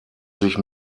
sich